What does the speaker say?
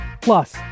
Plus